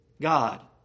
God